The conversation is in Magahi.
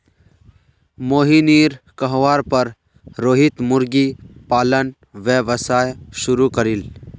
मोहिनीर कहवार पर रोहित मुर्गी पालन व्यवसाय शुरू करील